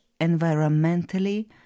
environmentally